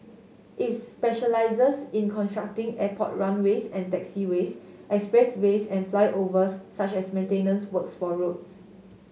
is specialises in constructing airport runways and taxiways expressways and flyovers such as maintenance works for roads